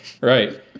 Right